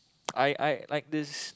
I I like this